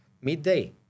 midday